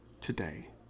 today